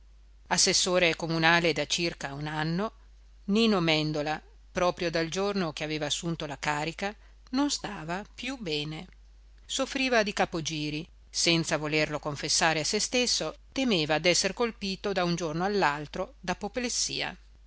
assessore comunale da circa un anno nino mèndola proprio dal giorno che aveva assunto la carica non stava più bene soffriva di capogiri senza volerlo confessare a se stesso temeva d'esser colpito da un giorno all'altro d'apoplessia male di